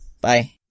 Bye